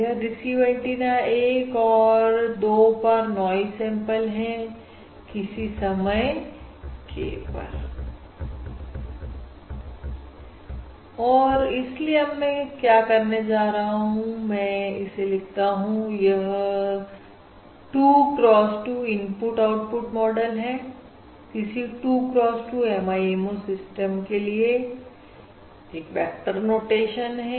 यह receive antenna 1 और 2 पर नॉइज सैंपल है किस समय k पर और इसलिए अब मैं क्या करने जा रहा हूं मैं इसे लिखता हूं यह 2 cross 2 इनपुट आउटपुट मॉडल है किसी 2 cross 2 MIMO सिस्टम के लिए वेक्टर नोटेशन है